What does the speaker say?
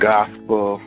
Gospel